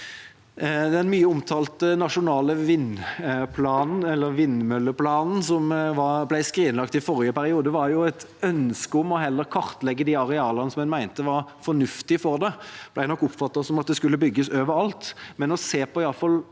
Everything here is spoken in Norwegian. Den mye omtalte nasjonale vindmølleplanen, som ble skrinlagt i forrige periode, var et ønske om heller å kartlegge de arealene en mente var fornuftig å bruke til det. Det ble nok oppfattet som at det skulle bygges over alt, men å se på måter